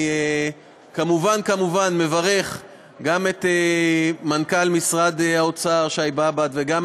אני כמובן כמובן מברך גם את מנכ"ל משרד האוצר שי באב"ד וגם